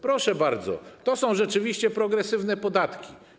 Proszę bardzo, to są rzeczywiście progresywne podatki.